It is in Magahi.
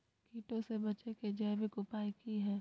कीटों से बचे के जैविक उपाय की हैय?